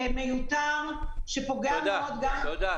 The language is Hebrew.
מיותר, שפוגע מאוד גם --- תודה.